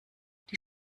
die